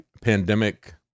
pandemic